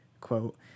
quote